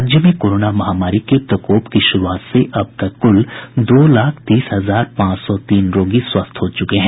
राज्य में कोरोना महामारी के प्रकोप की शुरुआत से अब तक कुल दो लाख तीस हजार पांच सौ तीन रोगी स्वस्थ हो चुके हैं